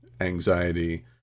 anxiety